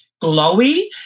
glowy